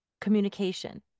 communication